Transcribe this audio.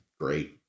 great